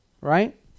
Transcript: right